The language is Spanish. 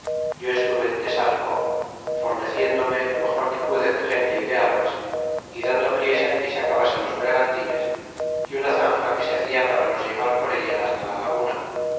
yo estuve en tesaico forneciéndorne lo mejor que pude de gente y de armas y dando priesa en que he acabasen los vergantines y una zanja que se hacia para los llevar por ella fasta la laguna